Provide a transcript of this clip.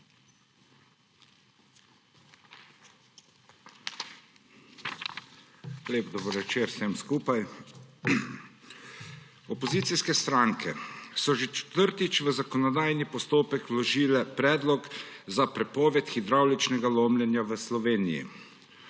Lep dober večer vsem skupaj! Opozicijske stranke so že četrtič v zakonodajni postopek vložile predlog za prepoved hidravličnega lomljenja v Sloveniji.